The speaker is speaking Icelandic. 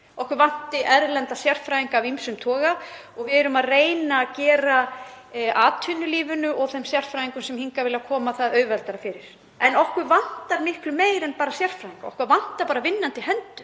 okkur vanti erlenda sérfræðinga af ýmsum toga og við erum að reyna að gera atvinnulífinu og þeim sérfræðingum sem hingað vilja koma auðveldara fyrir hvað það varðar. En okkur vantar miklu meira en bara sérfræðinga. Okkur vantar bara vinnandi hendur.